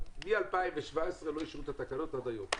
מ-2017 לא אישרו את התקנות עד היום.